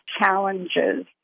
challenges